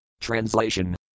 Translation